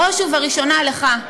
בראש ובראשונה לך,